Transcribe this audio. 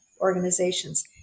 organizations